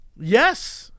Yes